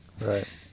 Right